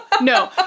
no